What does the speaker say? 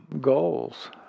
goals